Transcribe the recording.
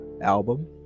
album